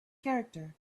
character